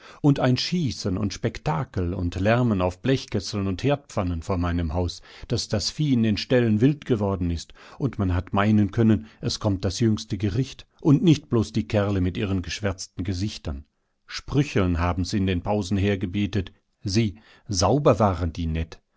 und ein schießen und spektakel und lärmen auf blechkesseln und herdpfannen vor meinem haus daß das vieh in den ställen wild geworden ist und man hat meinen können es kommt das jüngste gericht und nicht bloß die kerle mit ihren geschwärzten gesichtern sprücheln haben's in den pausen hergebetet sie sauber waren die net